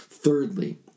Thirdly